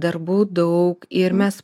darbų daug ir mes